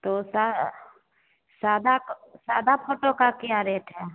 तो सादा का सादा फोटो का क्या रेट है